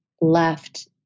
left